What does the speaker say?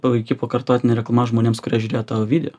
puiki pakartotinė reklama žmonėms kurie žiūrėjo tavo video